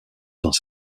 dans